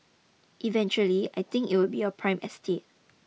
eventually I think it will be prime estate